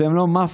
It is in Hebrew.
והם לא מאפיה.